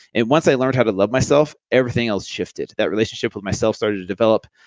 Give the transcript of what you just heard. and once i learned how to love myself, everything else shifted. that relationship with myself started to develop.